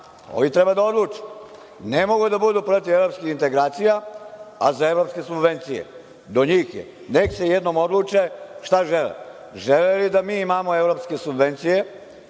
Ovi treba da odluče, ne mogu da budu protiv evropskih integracija, a za evropske subvencije. Do njih je. Neka se jednom odluče šta žele. Žele li da mi imamo evropske subvencije,